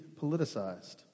politicized